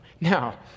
Now